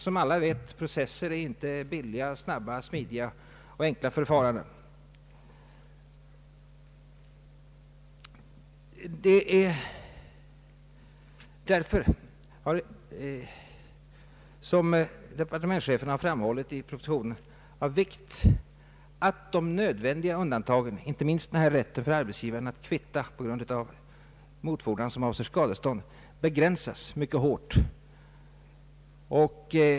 Som alla vet, är process inget billigt, snabbt, smidigt och enkelt förfarande. Därför har departementschefen framhållit i propositionen att det är av vikt att de nödvändiga undantagen, inte minst rätten för arbetsgivaren att kvitta på grund av motfordran som avser skadestånd, begränsas mycket hårt.